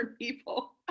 people